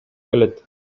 келет